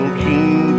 king